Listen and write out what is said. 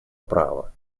права